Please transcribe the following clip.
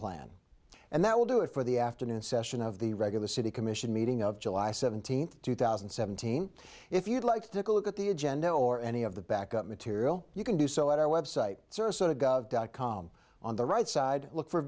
plan and that will do it for the afternoon session of the regular city commission meeting of july seventeenth two thousand and seventeen if you'd like to look at the agenda or any of the back up material you can do so at our website www dot com on the right side look for